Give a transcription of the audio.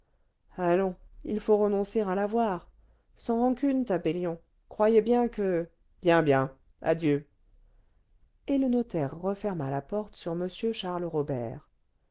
allons il faut renoncer à la voir sans rancune tabellion croyez bien que bien bien adieu et le notaire referma la porte sur m charles robert